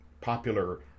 popular